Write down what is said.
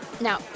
Now